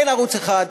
אין ערוץ 1,